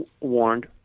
warned